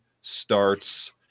starts